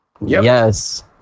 Yes